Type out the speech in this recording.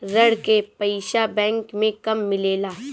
ऋण के पइसा बैंक मे कब मिले ला?